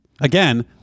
Again